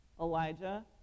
Elijah